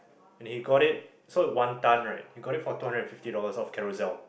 and he got it so one ton right he got it for two hundred fifty dollars of Carousell